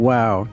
Wow